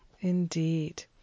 indeed